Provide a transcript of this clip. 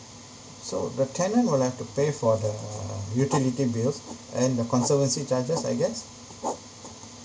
so the tenant will have to pay for the utility bills and the conservancy charges I guess